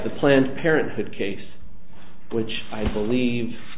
the planned parenthood case which i believe